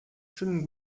schönen